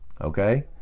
okay